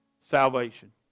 salvation